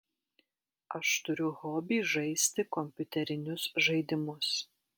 aš turiu hobį žaisti kompiuterinius žaidimus